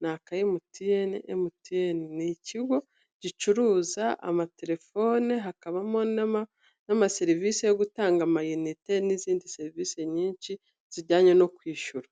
ni aka MTN MTN ni ikigo gicuruza amaterefone hakabamo n'amaserivise yo gutanga amayinite n'izindi serivise nyinshi zijyanye no kwishura.